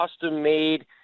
custom-made